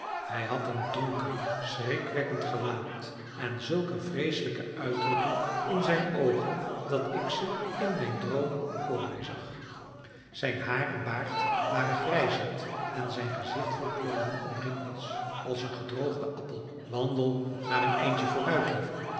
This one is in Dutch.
hij had een donker schrikwekkend gelaat en zulk een vreeselijke uitdrukking in zijn oogen dat ik ze in mijn droom voor mij zag zijn haar en baard waren grijzend en zijn gezicht vol plooien en rimpels als een gedroogde appel illustratie mijn god het is nancy wandel maar een eindje vooruit lieve